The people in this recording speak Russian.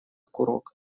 курок